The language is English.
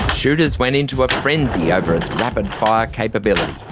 shooters went into a frenzy over its rapid fire capability.